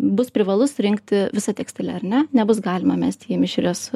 bus privalu surinkti visą tekstilę ar ne nebus galima mesti į mišrias